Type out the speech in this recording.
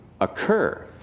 occur